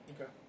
Okay